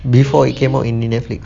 before it came out in Netflix